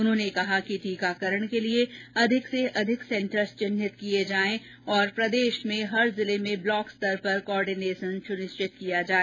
उन्होंने कहा कि टीकाकरण के लिए अधिक से अधिक सेन्टर्स चिन्हित किये जाए और प्रदेश में हर जिले में ब्लॉक स्तर तक कॉर्डिनेशन सुनिश्चित किया जाए